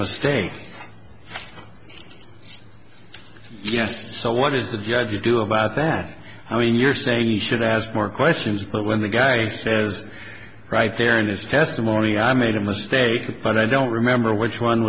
mistake yes the so what is the judge ado about then i mean you're saying he should ask more questions but when the guy says right there in this testimony i made a mistake but i don't remember which one